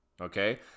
Okay